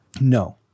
No